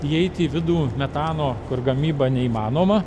įeiti į vidų metano kur gamyba neįmanoma